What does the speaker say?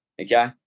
okay